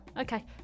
Okay